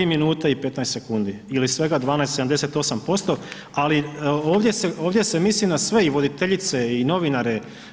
53 minute i 15 sekunde ili svega 12,78%, ali ovdje se misli na sve i voditeljice i novinare.